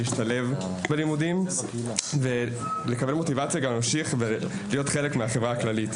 להשתלב בלימודים ולקבל מוטיבציה להמשיך ולהיות חלק מהחברה הכללית.